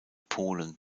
polen